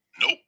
Nope